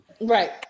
Right